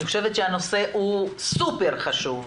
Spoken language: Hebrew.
אני חושבת שהנושא הוא סופר חשוב,